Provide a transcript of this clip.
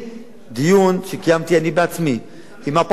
דיון שקיימתי אני בעצמי עם הפרקליטות,